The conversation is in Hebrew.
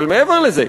אבל מעבר לזה,